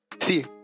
see